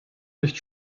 nicht